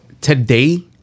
today